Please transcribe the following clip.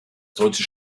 deutsche